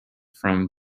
from